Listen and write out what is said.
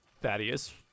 Thaddeus